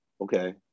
okay